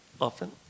often